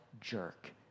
jerk